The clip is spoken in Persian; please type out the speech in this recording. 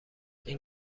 این